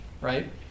right